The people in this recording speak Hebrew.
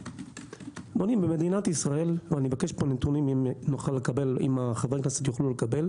אם נוכל לקבל נתונים אם חברי הכנסת יוכלו לקבל